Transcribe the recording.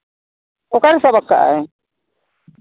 ᱚᱠᱟᱨᱮ ᱥᱟᱵ ᱠᱟᱜᱼᱟᱭ